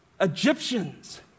Egyptians